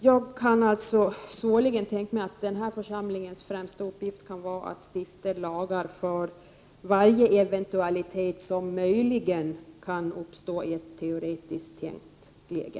Jag kan alltså svårligen tänka mig att denna församlings främsta uppgift skulle vara att stifta lagar för varje eventualitet som möjligen kan uppstå i ett teoretiskt, tänkt läge.